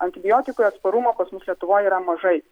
antibiotikui atsparumo pas mus lietuvoj yra mažai